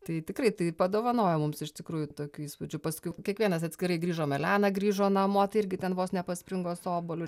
tai tikrai tai padovanojo mums iš tikrųjų tokių įspūdžių paskui kiekvienas atskirai grįžom elena grįžo namo tai irgi ten vos nepaspringo su obuoliu